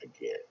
again